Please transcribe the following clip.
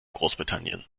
großbritannien